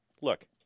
look